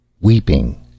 Weeping